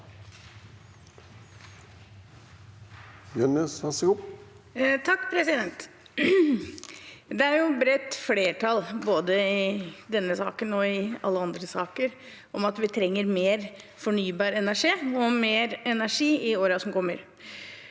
Det er et bredt flertall for, både i denne saken og i alle andre saker, at vi trenger mer fornybar energi og mer energi i årene som kommer.